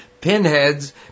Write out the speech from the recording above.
pinheads